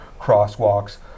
crosswalks